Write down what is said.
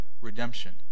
redemption